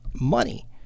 money